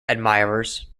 admirers